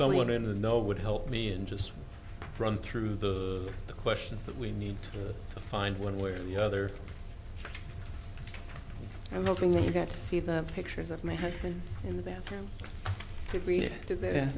also in the know would help me and just run through the questions that we need to find one way or the other and noting that you got to see the pictures of my husband in the bathroom to read it to